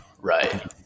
Right